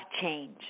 change